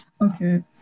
Okay